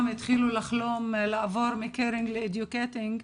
התחילו לחלום לעבור מ-קרינג ל-אדיוקייטינג,